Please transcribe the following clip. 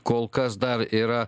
kol kas dar yra